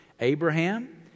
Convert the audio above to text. Abraham